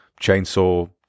chainsaw